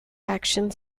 actions